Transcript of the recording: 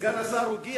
סגן השר הגיע,